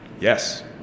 Yes